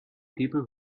people